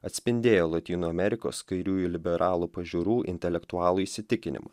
atspindėjo lotynų amerikos kairiųjų liberalų pažiūrų intelektualų įsitikinimą